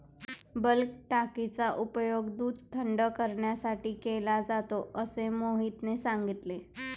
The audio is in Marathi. बल्क टाकीचा उपयोग दूध थंड करण्यासाठी केला जातो असे मोहितने सांगितले